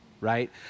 right